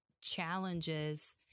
challenges